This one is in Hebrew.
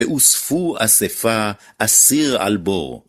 ואספו אספה אסיר על בור